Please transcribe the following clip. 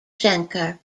schenker